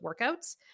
workouts